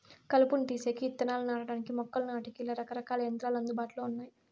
కలుపును తీసేకి, ఇత్తనాలు నాటడానికి, మొక్కలు నాటేకి, ఇలా రకరకాల యంత్రాలు అందుబాటులో ఉన్నాయి